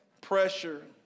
pressure